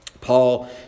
Paul